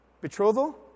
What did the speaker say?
betrothal